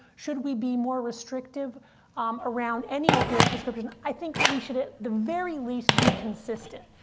should we be more restrictive um around any opioid prescription? i think we should, at the very least, be consistent.